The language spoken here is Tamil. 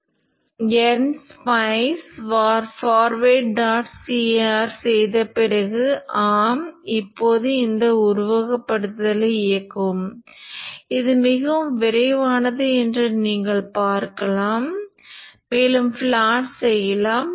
எனவே n முறை Io பிளஸ் டெல்டா IL பாயும் சுமை பிரதிபலிக்கும் மற்றும் I காந்தமாக்கும்